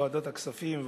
ועדת הכספים,